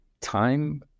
time